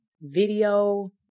video